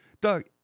doug